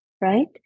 right